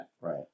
Right